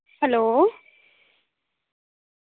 hello